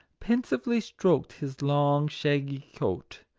pensively stroked his long, shaggy coat.